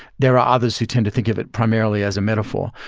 there are others who tend to think of it primarily as a metaphor.